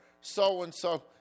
so-and-so